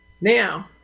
Now